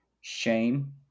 shame